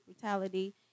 brutality